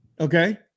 Okay